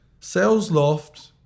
SalesLoft